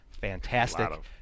fantastic